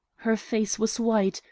her face was white,